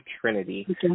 Trinity